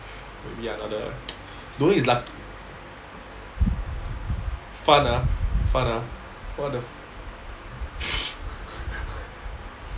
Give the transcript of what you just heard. maybe another don't you luc~ fun ah what the